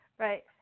Right